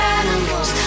animals